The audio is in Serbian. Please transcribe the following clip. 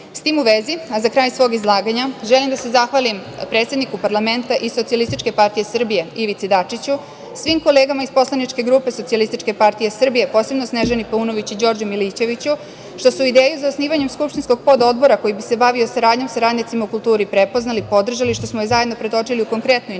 tim u vezi, a za kraj svoj izlaganja, želim da se zahvalim predsedniku parlamenta iz SPS Ivici Dačiću, svim kolegama iz poslaničke grupe SPS, posebno Snežani Paunović i Đorđu Milićeviću što su ideju za osnivanjem skupštinskog pododbora, koji bi se bavio saradnjom sa radnicima u kulturi prepoznali, podržali, što smo i zajedno predočili u konkretnu inicijativu,